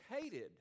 hated